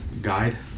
Guide